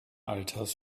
alters